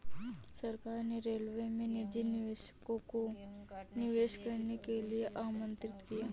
सरकार ने रेलवे में निजी निवेशकों को निवेश करने के लिए आमंत्रित किया